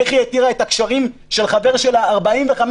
איך היא התירה את הקשרים של החבר שלה 45